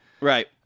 right